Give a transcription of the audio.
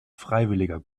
freiwilliger